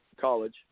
College